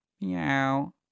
Meow